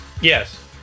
Yes